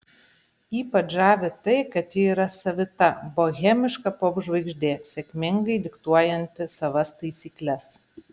ypač žavi tai kad ji yra savita bohemiška popžvaigždė sėkmingai diktuojanti savas taisykles